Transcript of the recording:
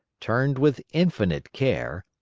turned with infinite care,